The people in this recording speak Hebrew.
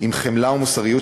עם חמלה ומוסריות.